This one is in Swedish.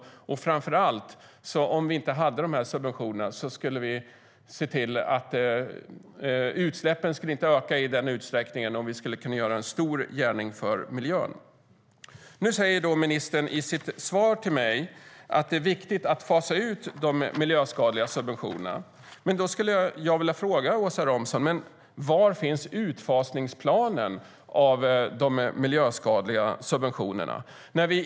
Och framför allt skulle utsläppen inte öka i den utsträckning de gör om vi inte hade subventionerna. Vi skulle kunna göra en stor gärning för miljön.I sitt svar till mig säger ministern att det är viktigt att fasa ut de miljöskadliga subventionerna. Därför skulle jag vilja fråga Åsa Romson: Var finns utfasningsplanen för de miljöskadliga subventionerna?